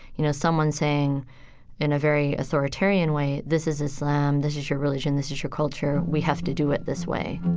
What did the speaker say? you know, someone saying in a very authoritarian way, this is islam. this is your religion. this is your culture. we have to do it this way